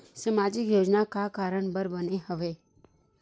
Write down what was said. सामाजिक योजना का कारण बर बने हवे?